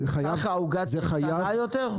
סך העוגה קטן יותר?